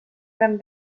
eren